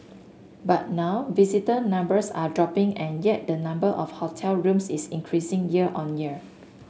but now visitor numbers are dropping and yet the number of hotel rooms is increasing year on year